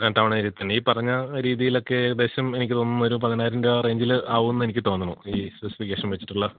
ആ town area തന്നെ ഈ പറഞ്ഞ രീതിയിലൊക്കെ ഏകദേശം എനിക്ക് തോന്നുന്നു ഒരു പതിനായിരം രൂപ റേഞ്ചിൽ ആകുമെന്നെനിക്ക് തോന്നുന്നു ഈ സ്പെസിഫിക്കേഷൻ വെച്ചിട്ടുള്ള